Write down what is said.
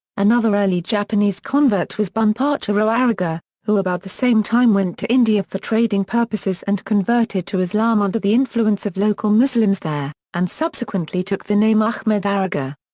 another early japanese convert was bunpachiro ariga, who about the same time went to india for trading purposes and converted to islam under the influence of local muslims there, and subsequently took the name ahmed ariga.